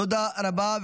תודה רבה.